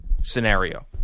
scenario